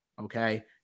okay